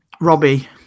Robbie